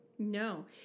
No